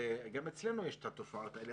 גם אצלנו יש את התופעות האלה,